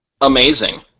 Amazing